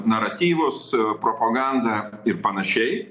naratyvus propagandą ir panašiai